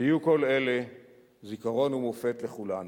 יהיו כל אלה זיכרון ומופת לכולנו.